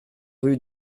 rue